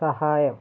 സഹായം